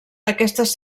aquestes